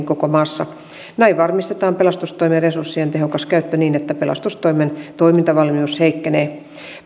koko maassa näin varmistetaan pelastustoimen resurssien tehokas käyttö niin että pelastustoimen toimintavalmius ei heikkene